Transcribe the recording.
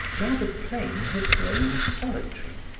now the plain had grown solitary.